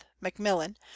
Macmillan